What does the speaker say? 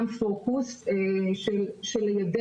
אני קורא מכאן לכל חברות הסלולר